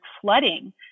flooding